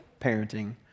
parenting